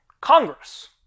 Congress